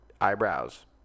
Eyebrows